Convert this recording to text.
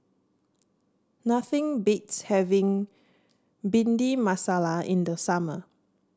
nothing beats having Bhindi Masala in the summer